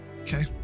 Okay